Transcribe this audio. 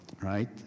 right